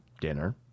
Dinner